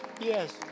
yes